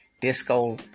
disco